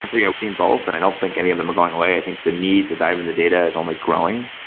and yeah, we've seen both, and i don't think any of them are going away. i think the need to dive in the data is only growing,